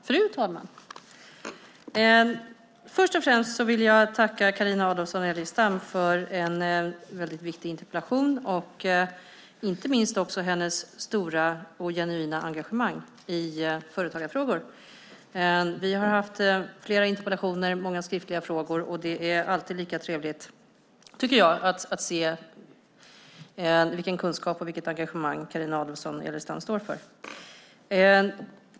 Fru talman! Först och främst vill jag tacka Carina Adolfsson Elgestam för en väldigt viktig interpellation och inte minst för hennes stora och genuina engagemang i företagarfrågor. Vi har haft flera interpellationer och många skriftliga frågor, och det är alltid lika trevligt att se vilken kunskap och vilket engagemang Carina Adolfsson Elgestam står för.